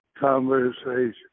conversation